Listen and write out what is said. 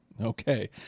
Okay